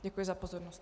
Děkuji za pozornost.